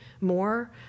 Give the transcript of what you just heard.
more